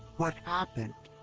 what happened?